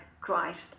Christ